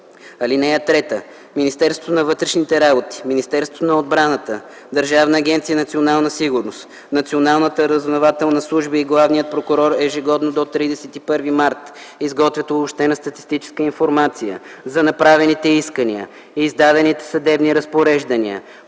ал. 1. (3) Министерството на вътрешните работи, Министерството на отбраната, Държавна агенция „Национална сигурност”, Националната разузнавателна служба и Главният прокурор ежегодно до 31 март изготвят обобщена статистическа информация за направените искания, издадените съдебни разпореждания,